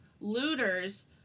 looters